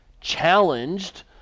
challenged